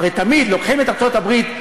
הרי תמיד לוקחים את ארצות-הברית,